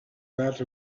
that